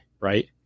right